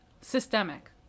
systemic